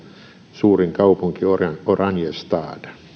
suurin kaupunki oranjestad